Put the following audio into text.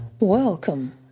welcome